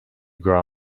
grow